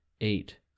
Eight